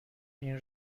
این